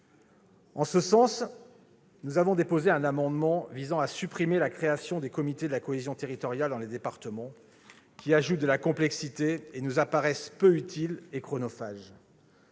En ce sens, nous avons déposé un amendement visant à supprimer la création des comités de la cohésion territoriale dans les départements, qui ajoutent de la complexité et nous apparaissent peu utiles et chronophages.